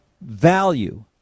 value